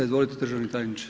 Izvolite državni tajniče.